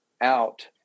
out